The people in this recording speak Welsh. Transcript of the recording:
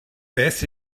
beth